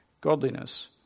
godliness